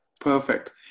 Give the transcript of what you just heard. Perfect